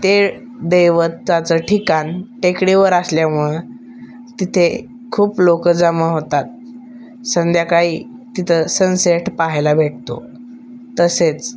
ते दैवताचं ठिकाण टेकडीवर असल्यामुळं तिथे खूप लोकं जमा होतात संध्याकाळी तिथं सनसेट पाहायला भेटतो तसेच